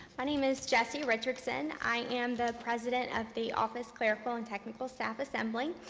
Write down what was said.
my name is jessie richardson, i am the president of the office, clerical and technical staff assembly.